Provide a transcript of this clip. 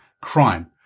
crime